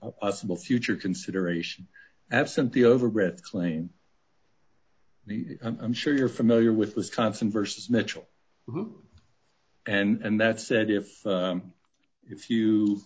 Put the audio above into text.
a possible future consideration absent the overbred claim i'm sure you're familiar with wisconsin versus mitchell and that said if if you